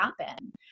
happen